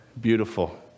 Beautiful